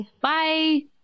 Bye